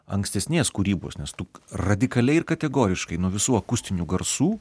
ankstesnės kūrybos nes tu radikaliai ir kategoriškai nuo visų akustinių garsų